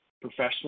professional